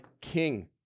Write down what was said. King